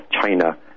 china